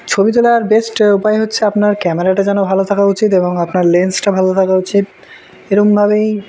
ছবি তোলার বেস্ট উপায় হচ্ছে আপনার ক্যামেরাটা যেন ভালো থাকা উচিত এবং আপনার লেন্সটা ভালো থাকা উচিত এরকমভাবেই